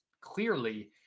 clearly